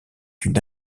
une